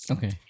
Okay